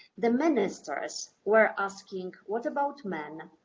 the ministers were asking what about men?